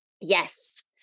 yes